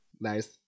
Nice